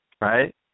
right